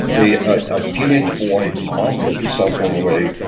ah a ah teenage boy, his mom took his cell phone away,